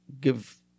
give